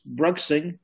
bruxing